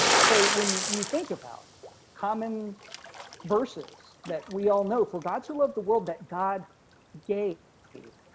so when you think about common verses that we all know, for god so loved the world, that god gave me.